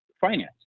finance